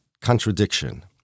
contradiction